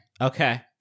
Okay